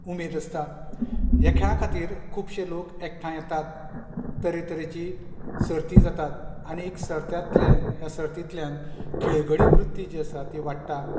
उमेद आसतां ह्या खेळा खातीर खुबशें लोक एकठांय येतात तरेतरेची सर्ती जातात आनी एक सर्त्यातले सर्तीतल्यान खेळगडी वृत्ती जी आसा ती वाडटा